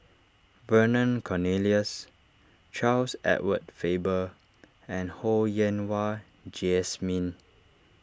Vernon Cornelius Charles Edward Faber and Ho Yen Wah Jesmine